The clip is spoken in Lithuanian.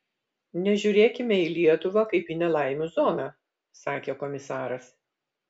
nežiūrėkime į lietuvą kaip į nelaimių zoną sakė komisaras